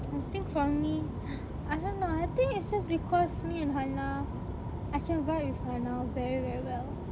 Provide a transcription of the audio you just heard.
I think for me I don't know I think it's just because me and hannah I can vibe with hannah very very well